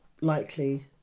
likely